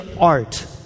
art